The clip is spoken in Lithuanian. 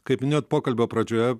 kaip minėjot pokalbio pradžioje